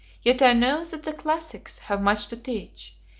yet i know that the classics have much to teach,